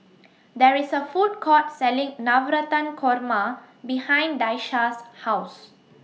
There IS A Food Court Selling Navratan Korma behind Daisha's House